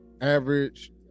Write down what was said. Average